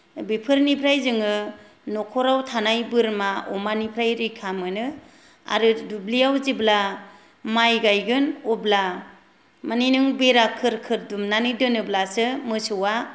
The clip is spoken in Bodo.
बेफोरनिफ्राय जोङो नखराव थानाय बोरमा अमानिफ्राय रैखा मोनो आरो दुब्लियाव जेब्ला माय गायगोन अब्ला माने नों बेरा खोर खोर दुमनानै दोनोब्लासो मोसौआ